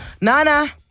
Nana